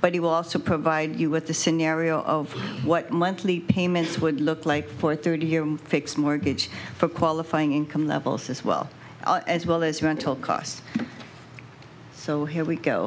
but he will also provide you with the scenario of what monthly payments would look like for a thirty year fixed mortgage for qualifying income levels as well as well as rental costs so here we go